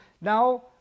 now